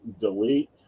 delete